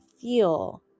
feel